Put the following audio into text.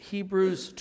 Hebrews